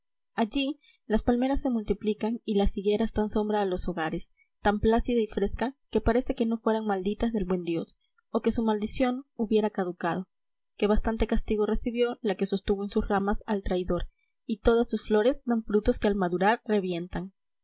allí las palmeras se multiplican y las higueras dan sombra a los hogares tan plácida y fresca que parece que no fueran malditas del buen dios o que su maldición hubiera caducado que bastante castigo recibió la que sostuvo en sus ramas al traidor y todas sus flores dan frutos que al madurar revientan